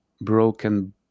broken